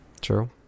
True